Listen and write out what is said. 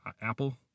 Apple